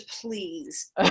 please